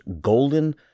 golden